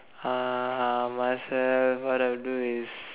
uh myself what I'll do is